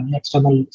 external